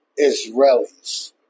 Israelis